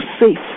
safe